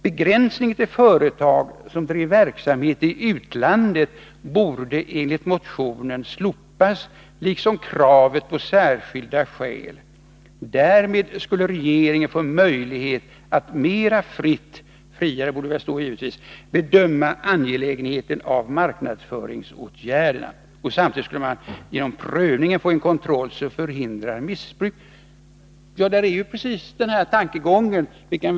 Begränsningen till företag som driver verksamhet i utlandet borde enligt motionen slopas, liksom kravet på särskilda skäl. Därmed skulle regeringen få möjlighet att mera fritt bedöma angelägenheten av marknadsföringsåtgärderna. Samtidigt skulle man genom prövning få en kontroll i syfte att förhindra missbruk. Det är ju precis samma tankegång som vi har.